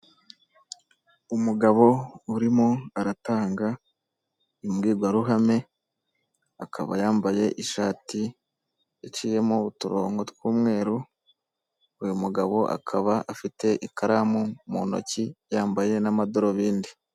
Umugabo urimo aratanga imbwirwaruhame akaba yambaye ishati iciyemo uturongo tw'umweru, uyu mugabo akaba afite ikaramu mu ntoki yambaye n'amadarubindi.